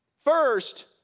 First